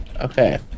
Okay